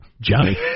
Johnny